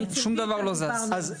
שום דבר לא זז.